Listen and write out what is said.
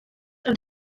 and